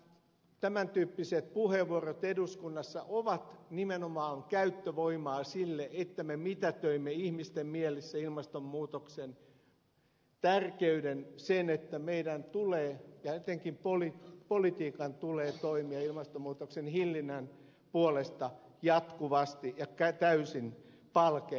tämän tyyppiset puheenvuorot eduskunnassa ovat nimenomaan käyttövoimaa sille että me mitätöimme ihmisten mielissä ilmastonmuutoksen tärkeyden sen että meidän ja etenkin politiikan tulee toimia ilmastonmuutoksen hillinnän puolesta jatkuvasti ja täysin palkein